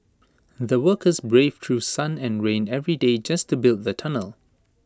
the workers braved through sun and rain every day just to build the tunnel